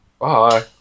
Bye